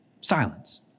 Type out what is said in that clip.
silence